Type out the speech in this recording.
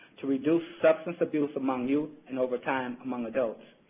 to reduce substance abuse among youth and, over time, among adults.